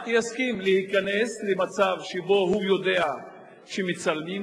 אנחנו עוברים לסעיף הבא: הצעת חוק חובת יידוע בדבר הימצאותן של מצלמות